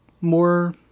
more